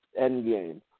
endgame